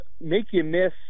make-you-miss